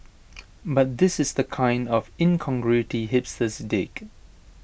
but this is the kind of incongruity hipsters dig